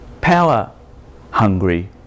power-hungry